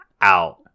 out